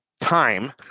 time